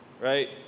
right